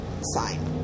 sign